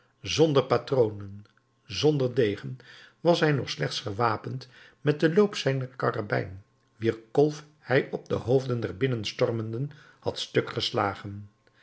zonder patronen zonder degen was hij nog slechts gewapend met den loop zijner karabijn wier kolf hij op de hoofden der binnenstormenden had stukgeslagen